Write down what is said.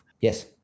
Yes